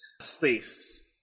space